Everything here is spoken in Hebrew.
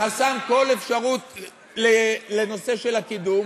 חסם כל אפשרות לנושא של הקידום,